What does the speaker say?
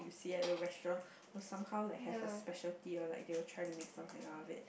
see at the restaurant will somehow like have a specialty or like they will try to make something out of it